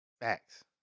Facts